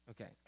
okay